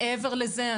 מעבר לזה,